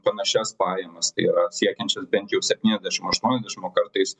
panašias pajamas tai yra siekiančias bent jau septyniasdešimt aštuoniasdešimt o kartais